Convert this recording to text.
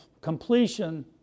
completion